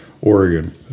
Oregon